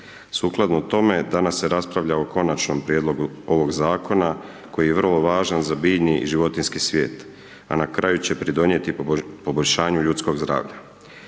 Sukladno tome, danas se raspravlja o konačnom prijedlogu ovoga zakona koji je vrlo važan za biljni i životinjski svijet a na kraju će pridonijeti poboljšanju ljudskog zdravlja.